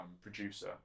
producer